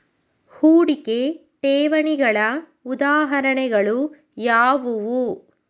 ಹೂಡಿಕೆ ಠೇವಣಿಗಳ ಉದಾಹರಣೆಗಳು ಯಾವುವು?